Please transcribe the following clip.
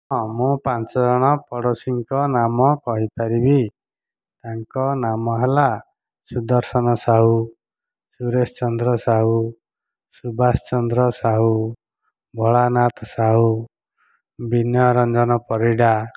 ହଁ ମୁଁ ପାଞ୍ଚ ଜଣ ପଡ଼ୋଶୀଙ୍କ ନାମ କହିପାରିବି ତାଙ୍କ ନାମ ହେଲା ସୁଦର୍ଶନ ସାହୁ ସୁରେଶ ଚନ୍ଦ୍ର ସାହୁ ସୁବାସ ଚନ୍ଦ୍ର ସାହୁ ଭୋଳାନାଥ ସାହୁ ବିନୟ ରଞ୍ଜନ ପରିଡ଼ା